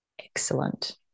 excellent